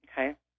Okay